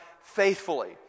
faithfully